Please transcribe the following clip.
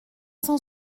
cent